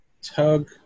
Tug